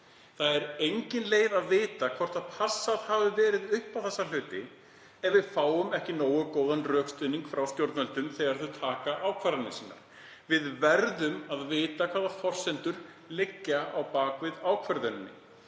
Það er engin leið að vita hvort passað hefur verið upp á þessa hluti ef við fáum ekki nógu góðan rökstuðning frá stjórnvöldum þegar þau taka ákvarðanir sínar. Við verðum að vita hvaða forsendur liggja að baki ákvarðanatökunni.